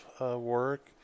work